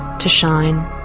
to shine,